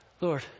Lord